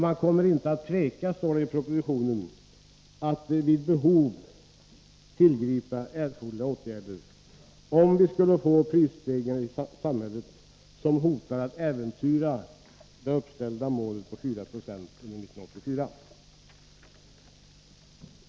Man kommer inte att tveka, står det i propositionen, att vid behov tillgripa erforderliga åtgärder, om vi skulle få en prisstegring i samhället som hotar att äventyra det uppställda målet på 4 90 under 1984.